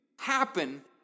happen